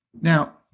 Now